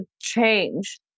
change